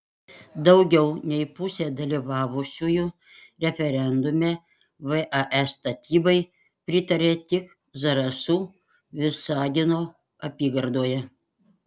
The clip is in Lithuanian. daugiau nei pusė dalyvavusiųjų referendume vae statybai pritarė tik zarasų visagino apygardoje